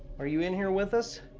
are you in here with us?